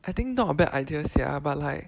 I think not a bad idea sia but like